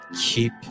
Keep